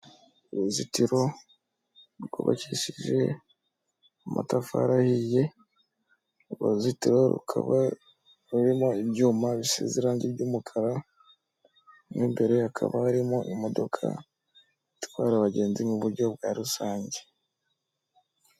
Uruzitiro rwubakishije amatafari ahiye, uruzitiro rukaba rurimo ibyuma bisize irange ry'umukara. Mu imbere hakaba harimo imodoka itwara abagenzi mu buryo bwa rusange.